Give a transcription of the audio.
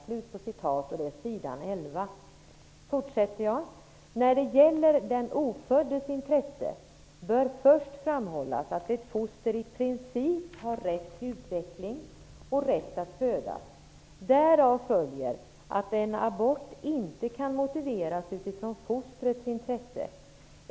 Vidare står det litet längre fram: ''När det gäller den oföddes intresse bör först framhållas att ett foster i princip har rätt till utveckling och rätt att födas. Därav följer att en abort inte kan motiveras utifrån fostrets intresse.